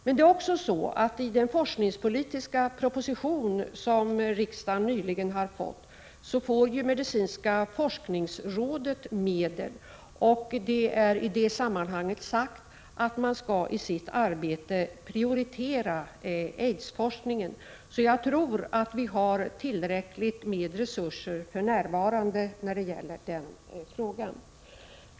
Jag vill också påminna om att enligt den forskningspolitiska proposition som riksdagen nyligen har fått får medicinska forskningsrådet medel, och det är i det sammanhanget sagt att man skall prioritera aidsforskningen i sitt arbete. Jag tror därför att resurserna för närvarande är tillräckliga.